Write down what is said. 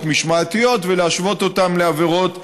משמעתיות ולהשוות אותן לזו של עבירות פליליות,